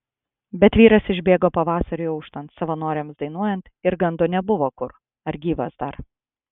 bet vyras išbėgo pavasariui auštant savanoriams dainuojant ir gando nebuvo kur ar gyvas dar